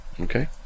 okay